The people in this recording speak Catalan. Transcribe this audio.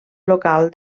local